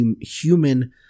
human